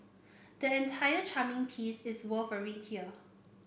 the entire charming piece is worth a read here